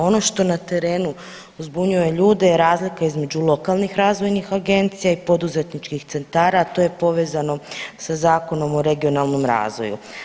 Ono što na terenu zbunjuje ljude je razlika između lokalnih razvojnih agencija i poduzetničkih centara, a to je povezano sa Zakonom o regionalnom razvoju.